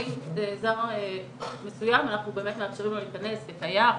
האם זר מסוים אנחנו מאפשרים לו להיכנס כתייר,